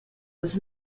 was